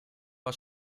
war